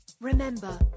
Remember